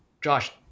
Josh